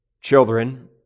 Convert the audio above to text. Children